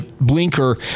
blinker